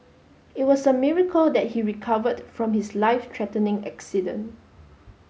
it was a miracle that he recovered from his life threatening accident